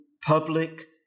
public